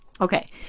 Okay